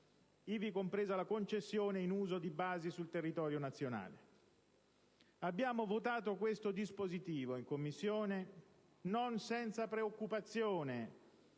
ivi compresa la concessione in uso di basi sul territorio nazionale. Abbiamo votato questo dispositivo in Commissione non senza preoccupazione,